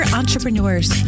entrepreneurs